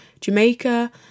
Jamaica